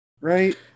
right